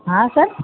ಹಾಂ ಸರ್